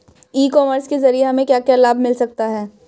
ई commerce के ज़रिए हमें क्या क्या लाभ मिल सकता है?